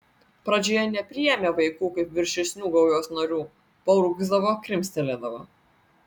pradžioje nepriėmė vaikų kaip viršesnių gaujos narių paurgzdavo krimstelėdavo